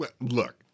Look